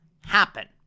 happen